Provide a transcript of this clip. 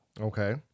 Okay